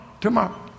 Tomorrow